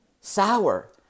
sour